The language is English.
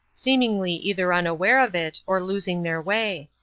seemingly either unaware of it or losing their way.